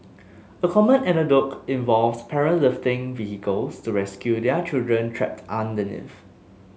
a common anecdote involves parents lifting vehicles to rescue their children trapped underneath